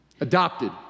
adopted